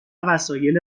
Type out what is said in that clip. وسایل